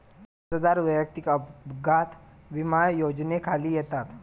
कर्जदार वैयक्तिक अपघात विमा योजनेखाली येतात